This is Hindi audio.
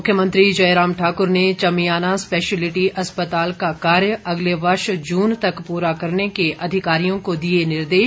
मुख्यमंत्री जयराम ठाकुर ने चमियाना स्पेशियलिटी अस्पताल का कार्य अगले वर्ष जून तक पूरा करने के अधिकारियों को दिए निर्देश